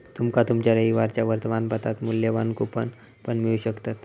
तुमका तुमच्या रविवारच्या वर्तमानपत्रात मुल्यवान कूपन पण मिळू शकतत